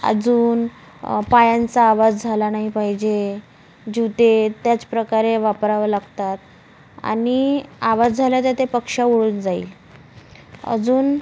अजून पायांचा आवाज झाला नाही पाहिजे जूते त्याच प्रकारे वापरावं लागतात आणि आवाज झाला तर ते पक्षी उठून जाईल अजून